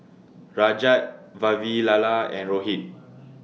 Rajat Vavilala and Rohit